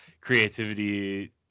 creativity